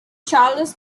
charles